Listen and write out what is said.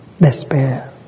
despair